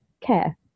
care